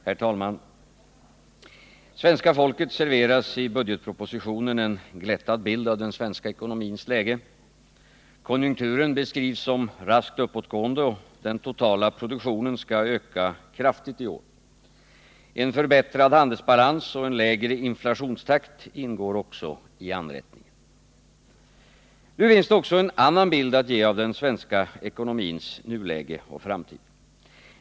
Herr talman! Svenska folket serveras i budgetpropositionen en glättad bild av den svenska ekonomins läge. Konjunkturen beskrivs som raskt uppåtgående, och den totala produktionen skall öka kraftigt i år. En förbättrad handelsbalans och en lägre inflationstakt ingår också i anrättningen. Nu finns det också en annan bild att ge av den svenska ekonomins nuläge och framtid.